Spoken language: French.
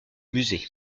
musée